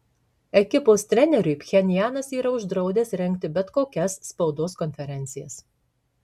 ekipos treneriui pchenjanas yra uždraudęs rengti bet kokias spaudos konferencijas